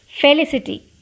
Felicity